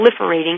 proliferating